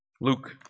Luke